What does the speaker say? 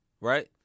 right